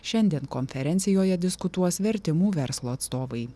šiandien konferencijoje diskutuos vertimų verslo atstovai